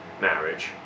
marriage